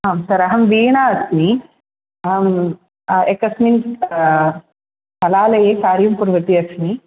आं सर् अहं वीणा अस्मि अहम् एकस्मिन् कलालये कार्यं कुर्वती अस्मि